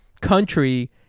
Country